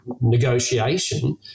negotiation